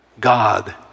God